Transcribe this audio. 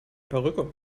perücke